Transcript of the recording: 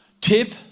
tip